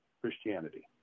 Christianity